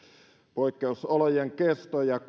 poikkeusolojen kesto ja